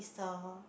a